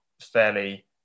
fairly